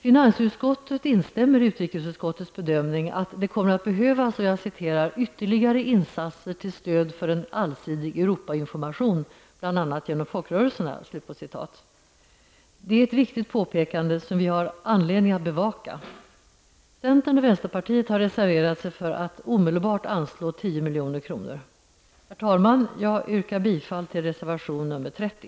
Finansutskottet instämmer i utirikesutskottets bedömning att det kommer att behövas ''ytterligare insatser till stöd för en allsidig Europainformation, bl.a. genom folkrörelserna''. Det är ett viktigt påpekande, som vi har anledning att bevaka. Centern och vänsterpartiet har reserverat sig för att omedelbart anslå 10 milj.kr. Herr talman! Jag yrkar bfall till reservation nr 30.